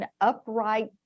upright